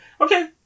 okay